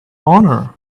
honor